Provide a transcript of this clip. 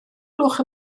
gloch